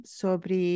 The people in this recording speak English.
sobre